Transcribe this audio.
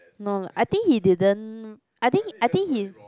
no I think he didn't I think I think he